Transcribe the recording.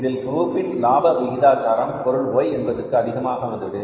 இதில் தொகுப்பின் லாப விகிதாச்சாரம் பொருள் Y என்பதற்கு அதிகமாக வந்தது